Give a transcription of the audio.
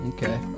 Okay